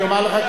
אני אומר לך.